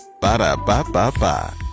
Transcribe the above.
Ba-da-ba-ba-ba